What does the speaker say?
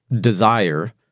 desire